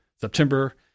September